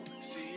see